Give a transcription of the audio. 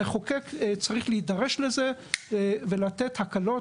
המחוקק צריך להידרש לזה ולתת הקלות